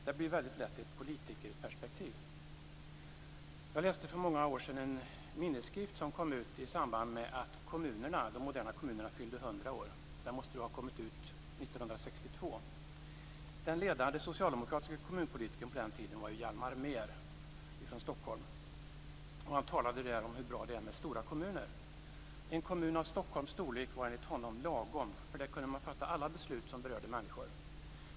Det blir väldigt lätt ett politikerperspektiv. Jag läste för många år sedan en minnesskrift som kom ut i samband med att de moderna kommunerna fyllde 100 år. Skriften måste ha kommit ut 1962. Den ledande socialdemokratiske kommunpolitikern på den tiden var Hjalmar Mehr från Stockholm. Han talade i en artikel om hur bra det är med stora kommuner. En kommun av Stockholms storlek var enligt honom lagom, för där kunde man fatta alla beslut som berörde människor.